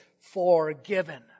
forgiven